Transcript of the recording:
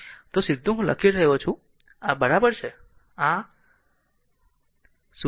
તો સીધું હું લખી રહ્યો છું અને આ બરાબર છે અને આ 0